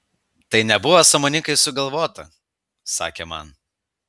tai nebuvo sąmoningai sugalvota sakė man